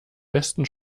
besten